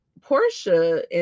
Portia